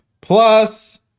Plus